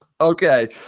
Okay